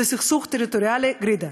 זה סכסוך טריטוריאלי גרידא,